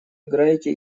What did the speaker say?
играете